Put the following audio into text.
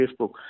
facebook